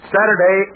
Saturday